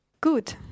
good